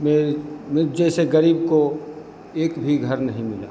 मेरे मुझ जैसे गरीब को एक भी घर नहीं मिला